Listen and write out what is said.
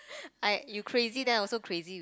I you crazy then I also crazy